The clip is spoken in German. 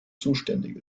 zuständig